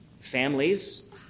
Families